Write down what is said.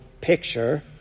picture